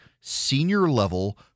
senior-level